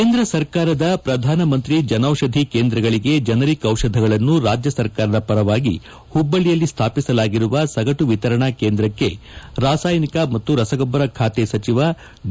ಕೇಂದ್ರ ಸರ್ಕಾರದ ಪ್ರಧಾನಮಂತ್ರಿ ಜನೌಷಧಿ ಕೇಂದ್ರಗಳಿಗೆ ಜನರಿಕ್ ಔಷಧಗಳನ್ನು ರಾಜ್ಯ ಸರ್ಕಾರದ ಪರವಾಗಿ ಹುಬ್ಬಳ್ಳಿಯಲ್ಲಿ ಸ್ಥಾಪಿಸಲಾಗಿರುವ ಸಗಟು ವಿತರಣಾ ಕೇಂದ್ರಕ್ಕೆ ರಾಸಾಯಿನಿಕ ಮತ್ತು ರಸಗೊಬ್ಬರ ಖಾತೆ ಸಚಿವ ಡಿ